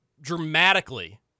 dramatically